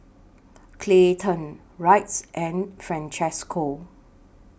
Clayton Wrights and Francesco